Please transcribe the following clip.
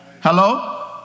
Hello